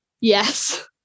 Yes